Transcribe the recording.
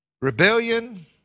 Rebellion